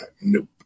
Nope